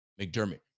McDermott